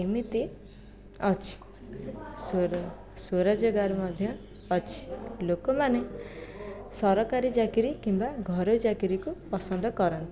ଏମିତି ଅଛି ସ୍ୱର ସ୍ଵରୋଜଗାର ମଧ୍ୟ ଅଛି ଲୋକମାନେ ସରକାରୀ ଚାକିରି କିମ୍ବା ଘରୋଇ ଚାକିରିକୁ ପସନ୍ଦ କରନ୍ତି